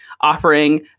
offering